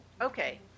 Okay